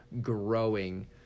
growing